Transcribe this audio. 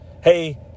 hey